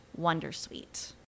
wondersuite